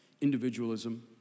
individualism